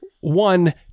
One